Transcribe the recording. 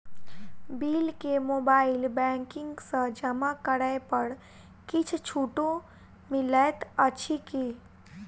Bill केँ mobile banking सँ जमा करै पर किछ छुटो मिलैत अछि की?